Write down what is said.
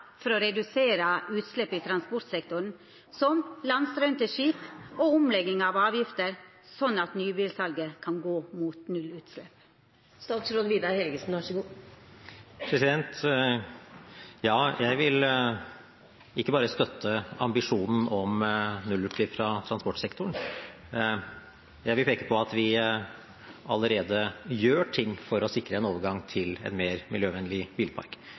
for å redusera utslepp i transportsektoren, som landstraum til skip og omlegging av avgifter slik at nybilsalet kan gå mot nullutslepp? Ja, jeg vil ikke bare støtte ambisjonen om nullutslipp fra transportsektoren; jeg vil peke på at vi allerede gjør ting for å sikre en overgang til en mer miljøvennlig bilpark.